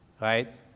Right